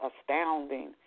astounding